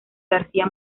garcía